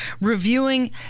reviewing